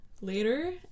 later